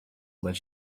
let